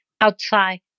outside